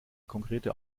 konkrete